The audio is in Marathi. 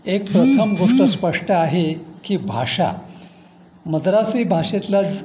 एक प्रथम गोष्ट स्पष्ट आहे की भाषा मद्रासी भाषेतला